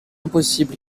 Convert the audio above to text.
impossible